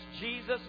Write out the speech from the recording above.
Jesus